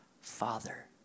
father